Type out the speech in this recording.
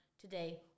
today